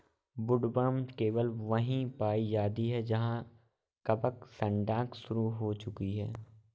woodworm केवल वहीं पाई जाती है जहां कवक सड़ांध शुरू हो चुकी है